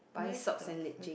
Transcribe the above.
where's the flash